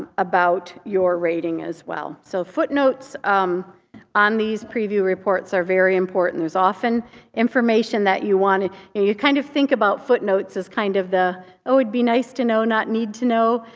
ah about your rating as well. so footnotes um on these preview reports are very important. there's often information that you want to you kind of think about footnotes as kind of the, it would be nice to know, not need to know.